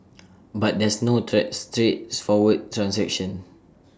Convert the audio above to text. but there's no such straights forward transaction